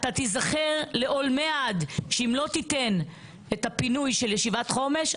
תיזכר לעולמי עד שאם לא תיתן את הפינוי של ישיבת חומש,